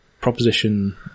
proposition